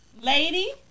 lady